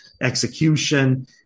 execution